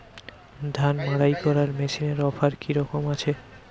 ধান মাড়াই করার মেশিনের অফার কী রকম আছে?